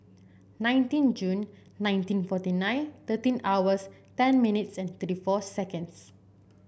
nineteen June nineteen forty nine thirteen hours ten minutes and thirty four seconds